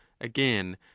again